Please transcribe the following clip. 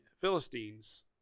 Philistines